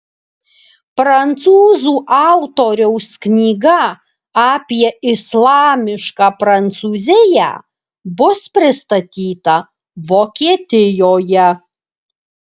prancūzų autoriaus knyga apie islamišką prancūziją bus pristatyta vokietijoje